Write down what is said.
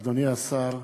אדוני השר,